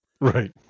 Right